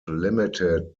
limited